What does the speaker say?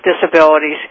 disabilities